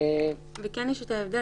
כן יש את ההבדל